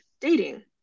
dating